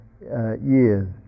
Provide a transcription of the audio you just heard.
years